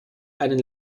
einen